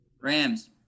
Rams